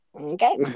okay